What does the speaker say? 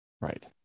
Right